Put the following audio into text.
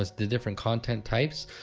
ah the different content types,